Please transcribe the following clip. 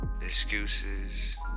Excuses